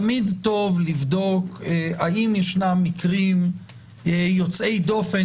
תמיד טוב לבדוק האם ישנם מקרים יוצאי דופן